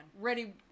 ready